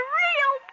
real